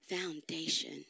foundation